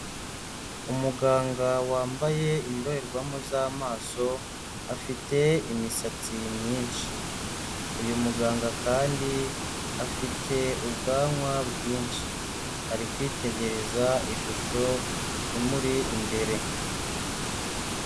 Umuganga wambaye indorerwamo z'amaso, afite imisatsi myinshi, uyu muganga kandi afite ubwanwa bwinshi, ari kwitegereza ishusho imuri imbere.